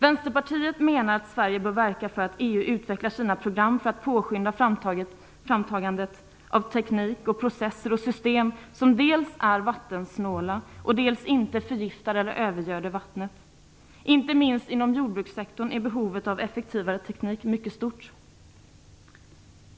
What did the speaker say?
Vänsterpartiet menar att Sverige bör verka för att EU utvecklar sina program för att påskynda framtagandet av teknik, processer och system som dels är vattensnåla, dels inte förgiftar eller övergöder vattnet. Inte minst inom jordbrukssektorn är behovet av effektivare teknik mycket stort.